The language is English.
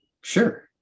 sure